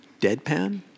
deadpan